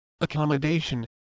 accommodation